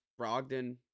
Brogdon